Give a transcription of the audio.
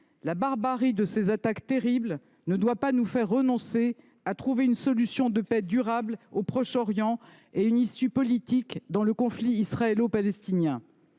la barbarie, malgré ces attaques terribles, nous ne devons pas renoncer à trouver une solution de paix durable au Proche-Orient et une issue politique au conflit israélo-palestinien.